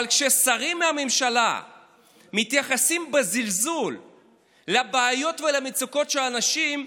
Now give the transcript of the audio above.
אבל כששרים מהממשלה מתייחסים בזלזול לבעיות ולמצוקות של אנשים,